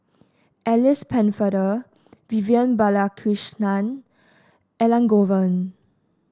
Alice Pennefather Vivian Balakrishnan Elangovan